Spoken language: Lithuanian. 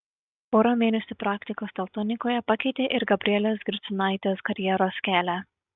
pora mėnesių praktikos teltonikoje pakeitė ir gabrielės griciūnaitės karjeros kelią